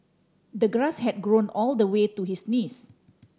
the grass had grown all the way to his knees